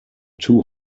two